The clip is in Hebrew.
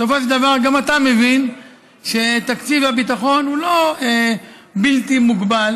בסופו של דבר גם אתה מבין שתקציב הביטחון הוא לא בלתי מוגבל,